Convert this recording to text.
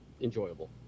enjoyable